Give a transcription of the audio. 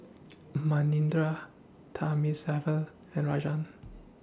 Manindra Thamizhavel and Rajan